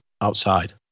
outside